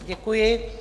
Děkuji.